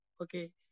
okay